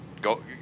go